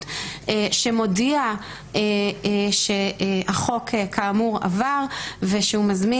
שמודיע שהחוק כאמור עבר ושהוא מזמין